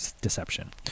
deception